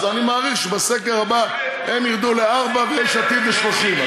אז אני מעריך שבסקר הבא הם ירדו לארבעה ויש עתיד ל-30,